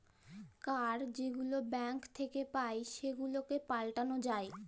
card যেগুলা bank থ্যাইকে পাই সেগুলাকে পাল্টাল যায়